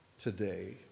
today